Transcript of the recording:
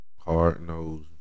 hard-nosed